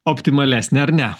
optimalesnį ar ne